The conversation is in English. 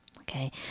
okay